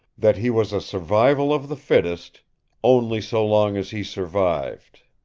that he was a survival of the fittest only so long as he survived.